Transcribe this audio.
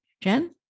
Jen